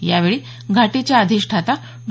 यावेळी घाटीच्या अधिष्ठाता डॉ